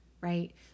right